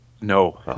No